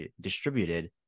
distributed